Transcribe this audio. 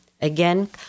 again